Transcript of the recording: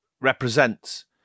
represents